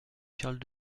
charles